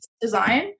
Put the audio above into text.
design